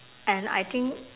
and I think